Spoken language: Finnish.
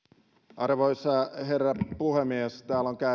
arvoisa herra puhemies täällä on